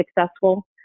successful